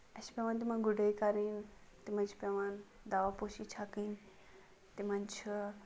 اَسہِ چھِ پیٚوان تِمن گُڈٲے کرٕنۍ تِمن چھِ پیٚوان دوہ پوشی چھکٕنۍ تِمن چھُ